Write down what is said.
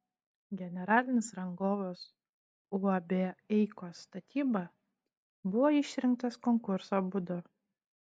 generalinis rangovas uab eikos statyba buvo išrinktas konkurso būdu